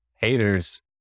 haters